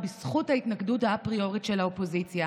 בזכות ההתנגדות האפריורית של האופוזיציה.